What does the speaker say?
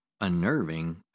unnerving